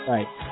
Right